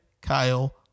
Kyle